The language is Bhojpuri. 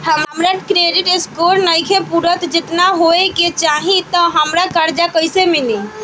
हमार क्रेडिट स्कोर नईखे पूरत जेतना होए के चाही त हमरा कर्जा कैसे मिली?